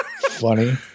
Funny